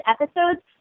episodes